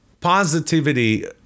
positivity